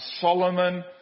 Solomon